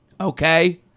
okay